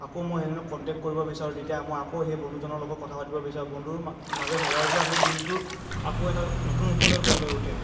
আকৌ মই সেইজনক কণ্টেক্ট কৰিব বিচাৰোঁ তেতিয়া মই আকৌ সেই বন্ধুজনৰ লগত কথা কথা পাতিব বিচাৰোঁ বন্ধুৰ মাজত হেৰাই যোৱা সেই দিনটোৰ আকৌ এটা নতুন ৰূপলৈ গঢ় লৈ উঠে